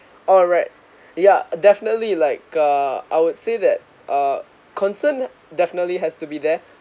alright yeah definitely like uh I would say that uh concerned definitely has to be there